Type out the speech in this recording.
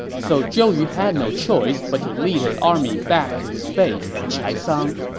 so zhou yu had no choice but to lead his army back to his base at chaisang.